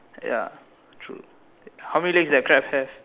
ya true how many legs does crab have